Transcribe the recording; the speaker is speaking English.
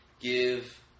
give